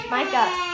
Micah